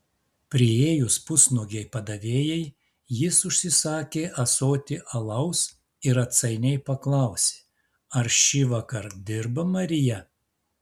priėjus pusnuogei padavėjai jis užsisakė ąsotį alaus ir atsainiai paklausė ar šįvakar dirba marija